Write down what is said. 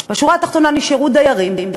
בשורה התחתונה, נשארו דיירים,